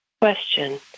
Question